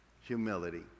humility